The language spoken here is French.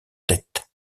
tête